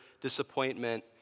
disappointment